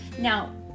Now